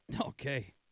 Okay